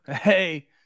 hey